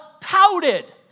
pouted